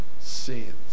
sins